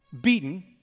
beaten